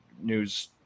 news